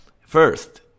first